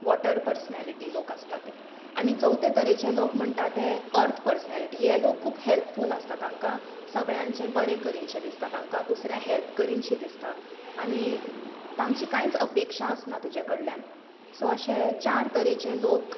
water personality लोक आसतात ते आनी चवथे तरेचे लोक म्हणटा ते अर्थ पर्सनेलिटी हे लोक खूब हॅल्पफूल आसतात सगळ्यांचें बरें करीनशें दिसता तांकां दुसऱ्यांक हेल्प करीनशें दिसता आनी तांची कांयच अपेक्षा आसना तुज्या कडल्यान सो अशें चार तरेचे लोक